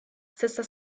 stessa